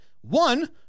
One